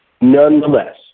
Nonetheless